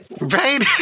Right